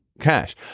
cash